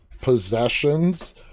possessions